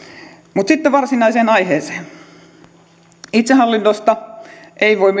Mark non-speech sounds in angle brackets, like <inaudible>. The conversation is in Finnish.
mutta sitten varsinaiseen aiheeseen itsehallinnosta ei voi <unintelligible>